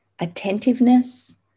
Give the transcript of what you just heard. attentiveness